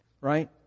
Right